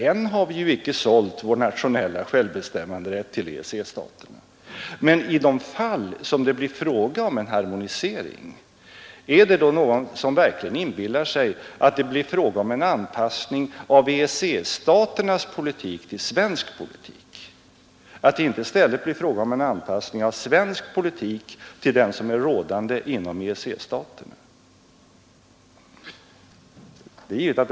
Än har vi ju inte sålt vår nationella självbestämmanderätt till EEC-staterna. Men i de fall som det blir fråga om en harmonisering, är det någon som inbillar sig att det kommer att ske en anpassning av EEC-staternas politik till svensk politik och inte i stället en anpassning av svensk politik till den som är rådande inom EEC-staterna?